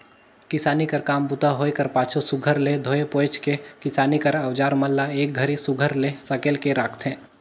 किसानी कर काम बूता होए कर पाछू सुग्घर ले धोए पोएछ के किसानी कर अउजार मन ल एक घरी सुघर ले सकेल के राखथे